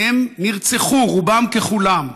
הם נרצחו, רובם ככולם.